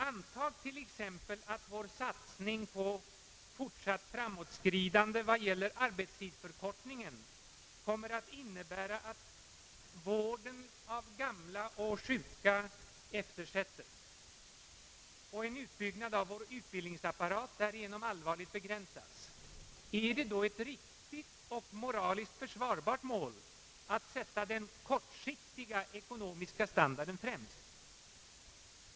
Antag t.ex. att vår satsning på fortsatt framåtskridande vad gäller arbetstidsförkortningen kommer att innebära att vården av gamla och sjuka eftersättes och en utbyggnad av vår utbildningsapparat allvarligt begränsas. Är det då ett riktigt och moraliskt försvarbart mål att sätta den kortsiktiga ekonomiska «standarden främst?